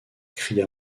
cria